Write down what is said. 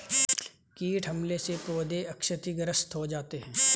कीट हमले से पौधे क्षतिग्रस्त हो जाते है